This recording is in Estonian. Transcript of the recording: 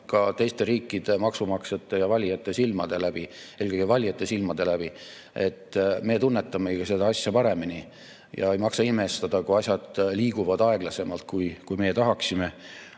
ka teiste riikide maksumaksjate ja valijate silmade läbi, eelkõige valijate silmade läbi. Me tunnetamegi ju seda asja paremini. Ei maksa imestada, kui asjad liiguvad aeglasemalt, kui meie tahaksime.